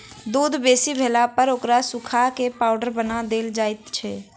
दूध बेसी भेलापर ओकरा सुखा क पाउडर बना देल जाइत छै